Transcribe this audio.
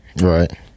Right